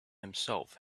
himself